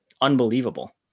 unbelievable